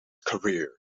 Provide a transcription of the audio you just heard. career